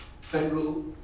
federal